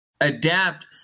adapt